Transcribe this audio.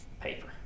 paper